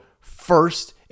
first